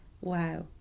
wow